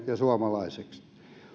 ja suomalaiset